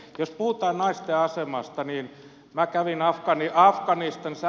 jos puhutaan naisten asemasta niin minä kävin afganistanissa